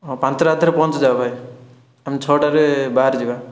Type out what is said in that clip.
ହଁ ପାଞ୍ଚଟା ରାତିରେ ପହଞ୍ଚିଯାଅ ଭାଇ ଆମେ ଛଅଟାରେ ବାହାରିଯିବା